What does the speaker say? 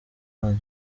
wanyu